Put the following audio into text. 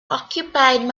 occupied